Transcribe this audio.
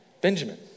Benjamin